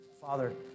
Father